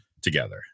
together